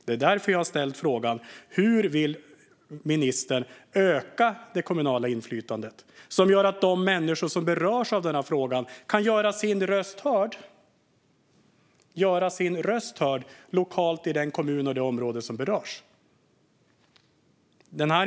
Det är därför jag har ställt frågan: Hur vill ministern öka det kommunala inflytandet som gör att de människor som berörs av den här frågan kan göra sina röster hörda lokalt i den kommun och det område som berörs?